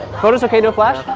photos okay, no flash?